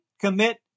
commit